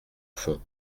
fond